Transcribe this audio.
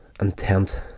intent